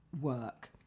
work